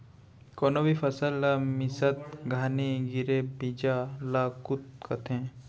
कोनो भी फसल ला मिसत घानी गिरे बीजा ल कुत कथें